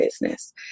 business